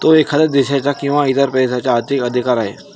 तो एखाद्या देशाचा किंवा इतर प्रदेशाचा आर्थिक अधिकार आहे